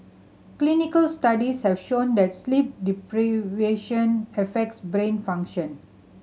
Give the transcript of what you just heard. clinical studies have shown that sleep deprivation affects brain function